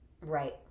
right